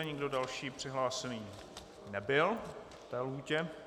Nikdo další přihlášený nebyl ve lhůtě.